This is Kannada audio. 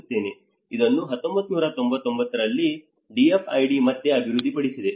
ಇದನ್ನು 1999 ರಲ್ಲಿ DFID ಮತ್ತೆ ಅಭಿವೃದ್ಧಿಪಡಿಸಿದೆ